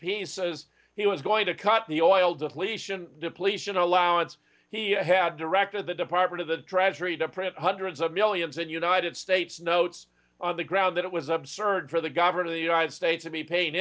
pieces he was going to cut the oil depletion depletion allowance he had directed the department of the treasury the print hundreds of millions in united states notes on the grounds that it was absurd for the governor of the united states to be pa